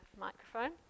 microphone